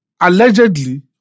allegedly